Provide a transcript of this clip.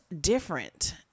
different